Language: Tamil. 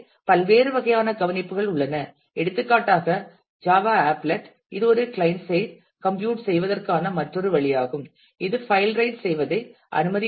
எனவே பல்வேறு வகையான கவனிப்புகள் உள்ளன எடுத்துக்காட்டாக ஜாவா ஆப்லெட் இது கிளையன்ட் சைட் கம்ப்யூட் செய்வதற்கான மற்றொரு வழியாகும் இது ஃபைல் ரைட் செய்வதை அனுமதிக்காது